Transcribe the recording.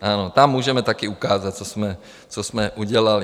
Ano, tam můžeme taky ukázat, co jsme udělali.